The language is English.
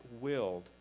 willed